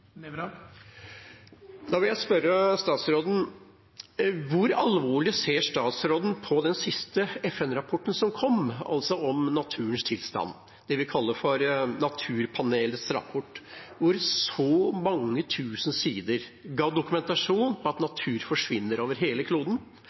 Da vil jeg spørre statsråden: Hvor alvorlig ser hun på den siste FN-rapporten som kom, om naturens tilstand? Det er den vi kaller Naturpanelets rapport, hvor mange tusen sider ga dokumentasjon på at